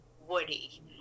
Woody